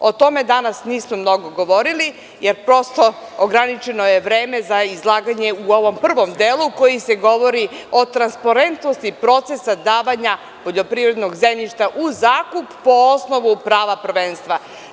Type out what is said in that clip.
O tome danas nismo mnogo govorili, jer prosto ograničeno je vreme za izlaganje u ovom prvom delu koji govori o transparentnosti procesa davanja poljoprivrednog zemljšta u zakup o osnovu prava prvenstva.